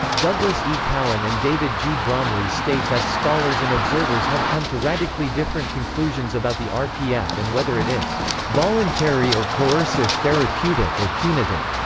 douglas e. cowan and david g. bromley state that scholars and observers have come to radically different conclusions about the rpf and whether it is voluntary or coercive, therapeutic or punitive.